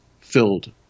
filled